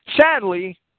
Sadly